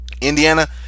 Indiana